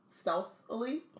Stealthily